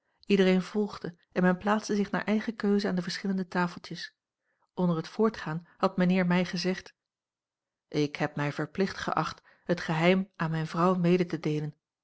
iedereen volgde en men plaatste zich naar eigen keuze aan de verschillende tafeltjes onder het voortgaan had mijnheer mij gezegd ik heb mij verplicht geacht het geheim aan mijne vrouw mede te deelen